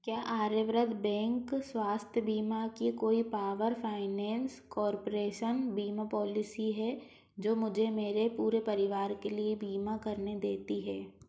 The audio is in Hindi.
क्या आर्यवर्त बेंक स्वास्थ्य बीमा की कोई पावर फ़ाइनेन्स कॉर्पोरेसन बीमा पॉलिसी है जो मुझे मेरे पूरे परिवार के लिए बीमा करने देती है